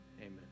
amen